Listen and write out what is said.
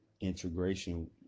integration